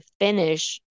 finish